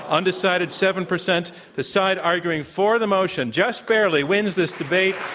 undecided seven percent. the side arguing for the motion, just barely wins this debate.